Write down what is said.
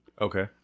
Okay